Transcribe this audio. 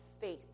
faith